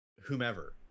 whomever